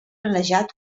planejat